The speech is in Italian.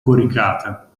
coricata